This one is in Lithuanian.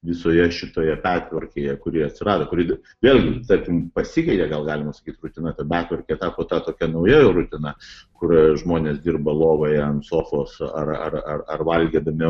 visoje šitoje pertvarkoje kuri atsirado kuri vėlgi tarkim pasikeitė gal galima sakyt rutina ta betvarkė tapo ta tokia nauja jau rutina kur žmonės dirba lovoje ant sofos ar ar ar valgydami